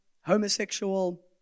homosexual